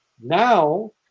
now